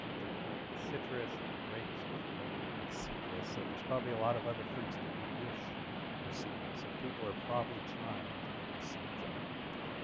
typically in the citrus and the grapes, you're familiar with seedless. and there's probably a lot of other fruits that you wish were seedless, and people are probably trying to get the seeds out of and